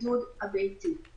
שם אנחנו